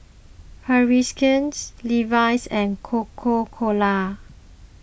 Herschel's Levi's and Coca Cola